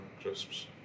crisps